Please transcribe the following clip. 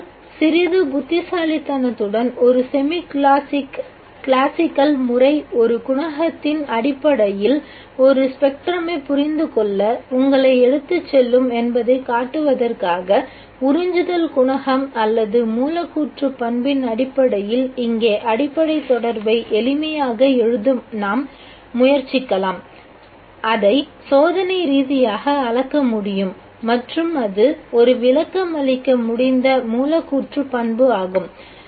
ஆனால் சிறிது புத்திசாலித்தனத்துடன் ஒரு செமி கிளாசிக்கல் முறை ஒரு குணகத்தின் அடிப்படையில் ஒரு ஸ்பெக்ட்ரமை புரிந்துகொள்ள உங்களை எடுத்துச்செல்லும் என்பதைக் காட்டுவதற்காக உறிஞ்சுதல் குணகம் அல்லது மூலக்கூற்று பண்பின் அடிப்படையில் இங்கே அடிப்படை தொடர்பை எளிமையாக எழுத நாம் முயற்சிக்கலாம் அதை சோதனை ரீதியாக அளக்க முடியும் மற்றும் அது ஒரு விளக்கமளிக்க முடிந்த மூலக்கூற்று பண்பு ஆகும்